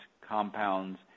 compounds